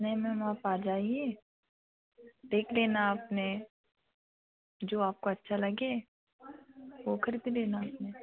नहीं मैम आप आ जाइए देख लेना आपने जो आपको अच्छा लगे वह खरीद लेना आपने